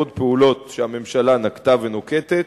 עוד פעולות שהממשלה נקטה ונוקטת,